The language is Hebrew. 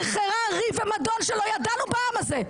חרחרה ריב ומדון שלא ידענו בעם הזה,